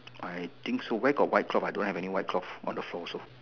I think so where got white drop I don't have any white drop on the floor also